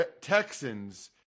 Texans